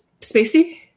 spacey